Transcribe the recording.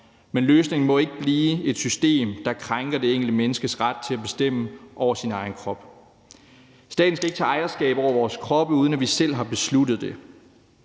men løsningen må ikke blive et system, der krænker det enkelte menneskes ret til at bestemme over sin egen krop. Staten skal ikke tage ejerskab over vores kroppe, uden at vi selv har besluttet det.